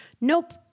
Nope